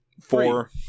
Four